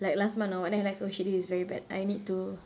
like last month or [what] then I realised oh shit this is very bad I need to